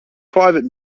private